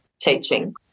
teaching